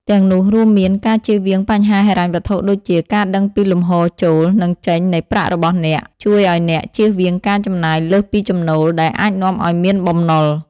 ទាំងនោះរួមមាន ការជៀសវាងបញ្ហាហិរញ្ញវត្ថុដូចជា ការដឹងពីលំហូរចូល និងចេញនៃប្រាក់របស់អ្នក ជួយឱ្យអ្នកជៀសវាងការចំណាយលើសពីចំណូល ដែលអាចនាំឱ្យមានបំណុល។